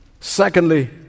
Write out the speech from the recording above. Secondly